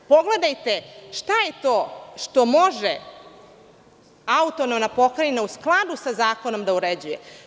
Pogledajte šta je to što može autonomna pokrajina u skladu sa zakonom da uređuje.